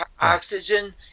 Oxygen